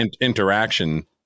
interaction